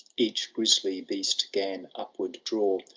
each grisly beast gan upward draw.